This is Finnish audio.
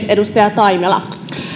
edustaja taimela